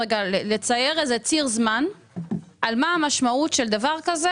ולצייר ציר זמן שמשקף את המשמעות של דבר כזה